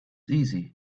easy